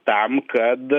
tam kad